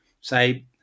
say –